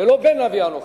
ולא בן נביא אנוכי.